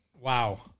Wow